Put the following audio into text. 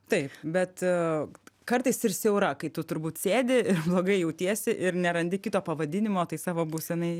taip bet kartais ir siaura kai tu turbūt sėdi ir blogai jautiesi ir nerandi kito pavadinimo tai savo būsenai